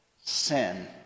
sin